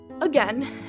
again